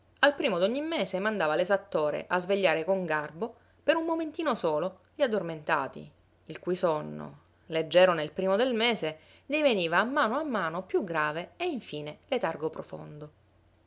al primo d'ogni mese mandava l'esattore a svegliare con garbo per un momentino solo gli addormentati il cui sonno leggero nel primo mese diveniva a mano a mano più grave e infine letargo profondo